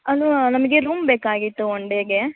hello ನಮಗೆ room ಬೇಕಾಗಿತ್ತು one ಡೇಗೆ